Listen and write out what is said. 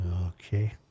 Okay